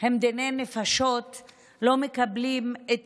הם דיני נפשות לא מקבלים את